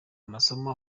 amasomo